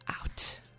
out